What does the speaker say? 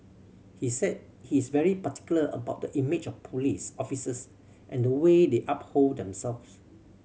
he said he is very particular about the image of police officers and the way they uphold themselves